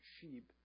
sheep